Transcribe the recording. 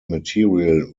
material